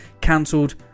cancelled